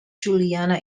juliana